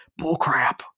Bullcrap